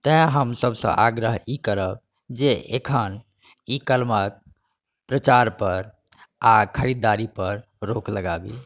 तैं हम सबसँ आग्रह ई करब जे एखन ई कलमक प्रचार पर आ खरीददारी पर रोक लगाबी